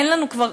אין לנו כבר